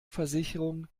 versicherung